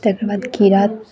तकर बाद कीड़ा